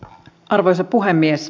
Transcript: arvoisa puhemies